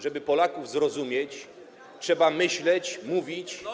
Żeby Polaków zrozumieć, trzeba myśleć, mówić.